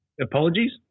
Apologies